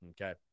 okay